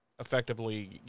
effectively